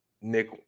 Nick